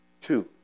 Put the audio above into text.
Two